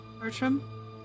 Bertram